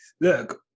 look